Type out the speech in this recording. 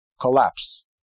collapse